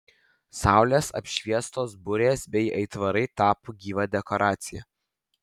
saulės apšviestos burės bei aitvarai tapo gyva dekoracija